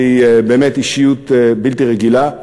שהיא באמת אישיות בלתי רגילה,